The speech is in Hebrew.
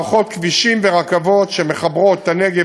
מערכות כבישים ורכבות שמחברות את הנגב,